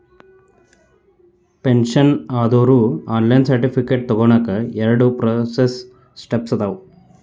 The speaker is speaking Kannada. ಪೆನ್ಷನ್ ಆದೋರು ಆನ್ಲೈನ್ ಸರ್ಟಿಫಿಕೇಟ್ ತೊಗೋನಕ ಎರಡ ಪ್ರೋಸೆಸ್ ಸ್ಟೆಪ್ಸ್ ಅದಾವ